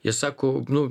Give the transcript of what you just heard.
jie sako nu